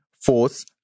force